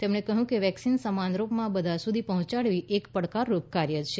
તેમણે કહ્યું કે વેક્સીન સમાનરૂપમાં બઘા સુધી પહોંચાડવી એ એક પડકારરૂપ કાર્ય છે